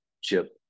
chip